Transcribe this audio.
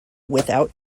without